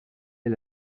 est